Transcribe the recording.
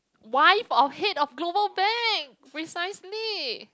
wife of head of global bank precisely